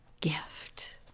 gift